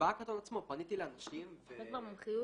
בהאקתון עצמו פניתי לאנשים ----- במומחיות